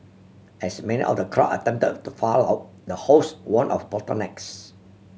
as many of the crowd attempt to file out the host warn of bottlenecks